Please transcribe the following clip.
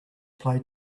play